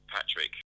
Patrick